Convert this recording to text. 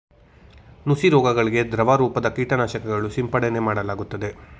ನುಸಿ ರೋಗಗಳಿಗೆ ದ್ರವರೂಪದ ಕೀಟನಾಶಕಗಳು ಸಿಂಪಡನೆ ಮಾಡಲಾಗುತ್ತದೆ